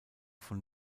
von